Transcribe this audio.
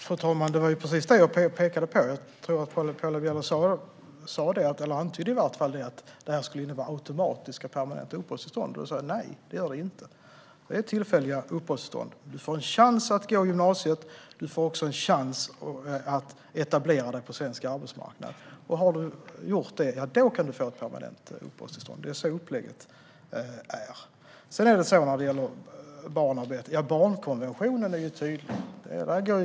Fru talman! Det var precis detta jag pekade på. Paula Bieler sa, eller antydde i varje fall, att lagen skulle innebära automatiska permanenta uppehållstillstånd. Då sa jag: Nej, det gör den inte, utan det är tillfälliga uppehållstillstånd. Man får en chans att gå i gymnasiet och etablera sig på svensk arbetsmarknad. Om man har gjort detta kan man få permanent uppehållstillstånd. Det är så upplägget ser ut. När det gäller barnarbete är barnkonventionen tydlig.